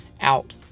out